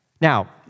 Now